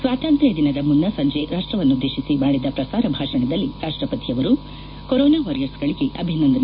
ಸ್ವಾತಂತ್ರ್ಯ ದಿನದ ಮುನ್ನ ಸಂಜೆ ರಾಷ್ಟವನ್ನುದ್ದೇಶಿಸಿ ಮಾಡಿದ ಪ್ರಸಾರ ಭಾಷಣದಲ್ಲಿ ರಾಷ್ಟಪತಿಯವರುಕೊರೊನಾ ವಾರಿಯರ್ಸ್ಗಳಿಗೆ ಅಭಿನಂದನೆ